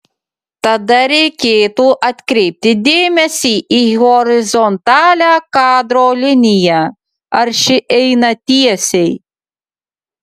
tada reikėtų atkreipti dėmesį į horizontalią kadro liniją ar ši eina tiesiai